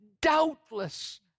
Doubtless